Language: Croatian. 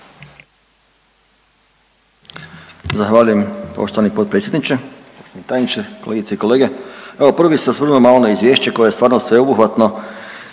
Zahvaljujem poštovani potpredsjedniče. Tajniče, kolegice i kolege, evo prvi bih se osvrnuo malo na izvješće koje je stvarno sveobuhvatno.